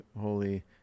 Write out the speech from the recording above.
holy